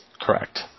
Correct